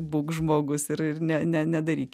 būk žmogus ir ir ne ne nedaryk